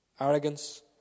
Arrogance